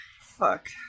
fuck